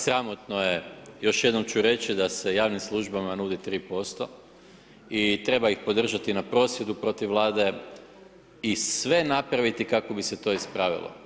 Sramotno je, još jednom ču reći da se javnim službama nudi 3% i treba ih podržati na prosvjedu protiv Vlade i sve napraviti kako bi se to ispravilo.